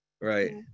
Right